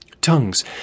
Tongues